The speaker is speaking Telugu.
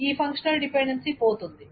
ఈ ఫంక్షనల్ డిపెండెన్సీ పోతుంది